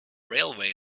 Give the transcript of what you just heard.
railway